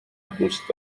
دوست